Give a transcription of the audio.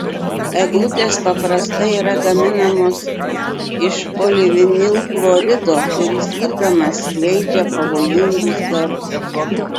eglutės paprastai yra gaminamos iš polivinilchlorido kuris irdamas skleidžia pavojingus garus